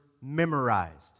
memorized